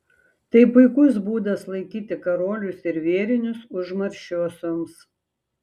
tai puikus būdas laikyti karolius ir vėrinius užmaršiosioms